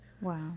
Wow